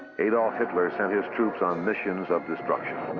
adolf hitler sent his troops on missions of destruction.